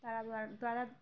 তারা তারা